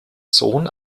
sohn